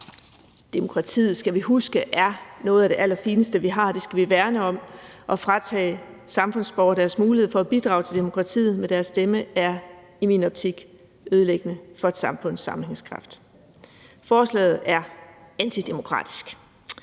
demokratiet er noget af det allerfineste, vi har, og det skal vi værne om. At fratage samfundsborgere deres mulighed for at bidrage til demokratiet med deres stemme er i min optik ødelæggende for et samfunds sammenhængskraft. Forslaget er antidemokratisk.